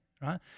Right